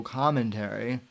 commentary